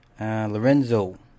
Lorenzo